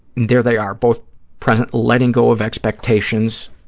there they are, both present, letting go of expectations,